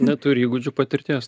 neturi įgūdžių patirties